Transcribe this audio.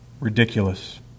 Ridiculous